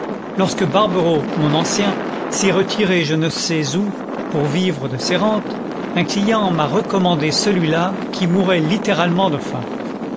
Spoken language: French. lorsque barbereau mon ancien s'est retiré je ne sais où pour vivre de ses rentes un client m'a recommandé celui-là qui mourait littéralement de faim